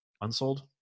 Unsold